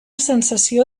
sensació